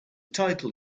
title